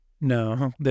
No